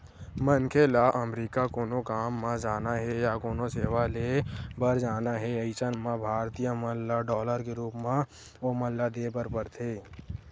मनखे ल अमरीका कोनो काम म जाना हे या कोनो सेवा ले बर जाना हे अइसन म भारतीय मन ल डॉलर के रुप म ओमन ल देय बर परथे